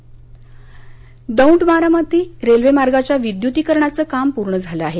Daund Daund Baramati railway मार्गाच्या विद्युतीकरणाचं काम पूर्ण झालं आहे